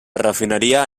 refineria